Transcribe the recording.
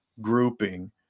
grouping